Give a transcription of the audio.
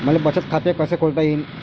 मले बचत खाते कसं खोलता येईन?